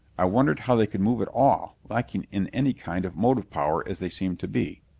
i wondered how they could move at all, lacking in any kind of motive power as they seemed to be.